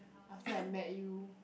after I met you